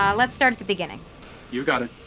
um let's start at the beginning you got it